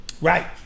Right